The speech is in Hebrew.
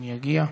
אם יגיע.